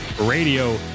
radio